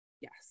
yes